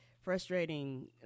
frustrating